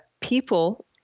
people